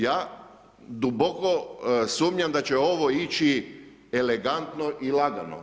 Ja duboko sumnjam da će ovo ići elegantno i lagano.